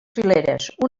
fileres